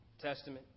Testament